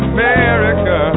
America